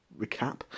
recap